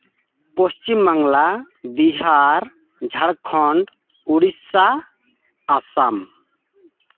Paschim Bangla Bihar Jharkhand Orissa Assam